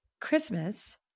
Christmas